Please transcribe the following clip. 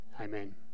Amen